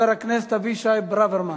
חבר הכנסת אבישי ברוורמן.